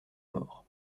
mort